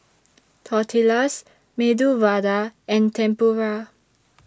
Tortillas Medu Vada and Tempura